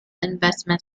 investment